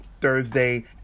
Thursday